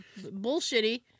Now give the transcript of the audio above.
bullshitty